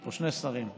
יש פה שני שרים לפחות.